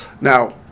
Now